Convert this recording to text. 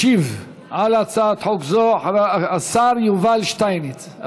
ישיב על הצעת חוק זו השר יובל שטייניץ,